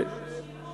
חוק המשילות.